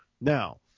Now